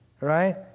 right